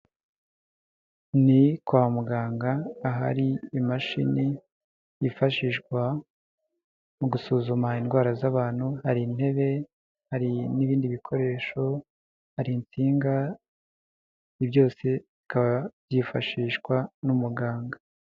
Ni kwa muganga ahari imashini yifashishwa mu gusuzuma indwara z'abantu, hari intebe, hari n'ibindi bikoresho, hari intsinga byose bikaba byifashishwa n'umuganga.